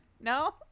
No